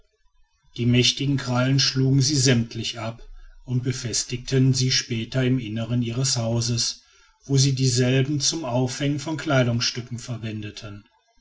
die mächtigen krallen schlugen sie sämmtlich ab und befestigten sie später im innerin ihres hauses wo sie dieselben zum aufhängen von kleidungsstücken verwendeten